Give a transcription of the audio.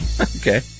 Okay